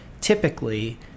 typically